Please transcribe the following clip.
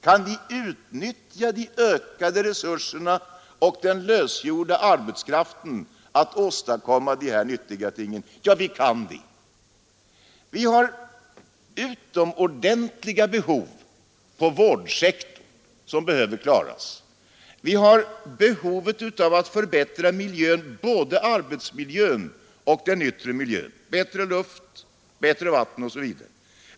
Kan vi utnyttja de ökade resurserna och den lösgjorda arbetskraften för att åstadkomma dessa nyttiga ting? Ja, det kan vi. Vi har på vårdsektorn utomordentliga behov som behöver tillgodoses. Vi har behov av att förbättra både arbetsmiljön och den yttre miljön: bättre luft och vatten osv.